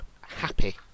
happy